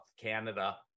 Canada